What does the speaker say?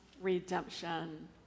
redemption